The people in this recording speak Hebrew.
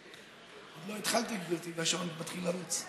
עוד לא התחלתי, גברתי, והשעון מתחיל לרוץ.